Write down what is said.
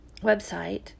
website